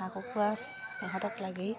হাঁহ কুকুৰা ইহঁতক লাগেই